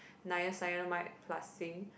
niacinamide plus zinc